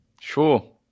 sure